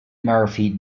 murphy